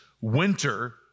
winter